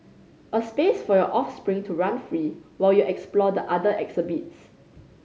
a space for your offspring to run free while you explore the other exhibits